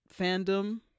fandom